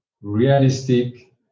realistic